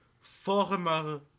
Former